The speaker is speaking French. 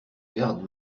garde